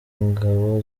ingabo